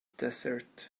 desert